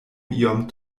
iom